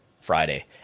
Friday